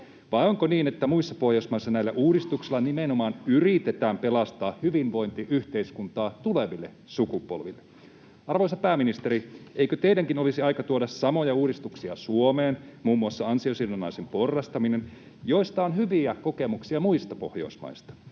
Vai onko niin, että muissa Pohjoismaissa näillä uudistuksilla nimenomaan yritetään pelastaa hyvinvointiyhteiskuntaa tuleville sukupolville? Arvoisa pääministeri, eikö teidänkin olisi aika tuoda samoja uudistuksia Suomeen, muun muassa ansiosidonnaisen porrastaminen, joista on hyviä kokemuksia muista Pohjoismaista,